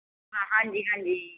ਹਾਂਜੀ ਹਾਂਜੀ